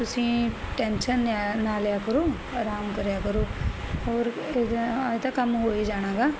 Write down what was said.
ਤੁਸੀਂ ਟੈਂਸ਼ਨ ਨਾ ਲਾ ਲਿਆ ਕਰੋ ਆਰਾਮ ਕਰਿਆ ਕਰੋ ਹੋਰ ਇਹ ਤਾਂ ਕੰਮ ਹੋ ਹੀ ਜਾਣਾਗਾ